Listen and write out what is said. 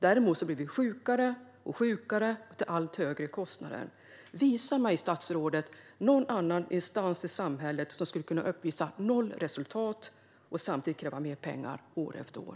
Däremot blir vi allt sjukare till allt högre kostnader. Visa mig, statsrådet, en annan instans i samhället som skulle kunna uppvisa noll resultat och samtidigt kräva mer pengar år efter år!